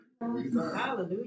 Hallelujah